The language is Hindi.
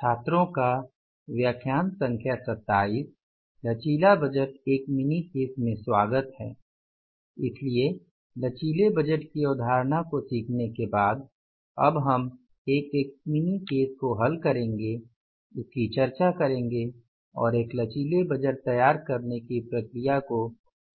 छात्रों का स्वागत है इसलिए लचीली बजट की अवधारणा को सीखने के बाद अब हम एक मिनी केस को हल करेंगे चर्चा करेंगे और एक लचीले बजट तैयार करने की प्रक्रिया को